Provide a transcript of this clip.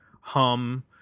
Hum